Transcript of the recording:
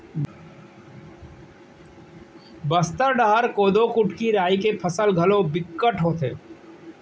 बस्तर डहर कोदो, कुटकी, राई के फसल घलोक बिकट होथे